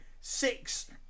Six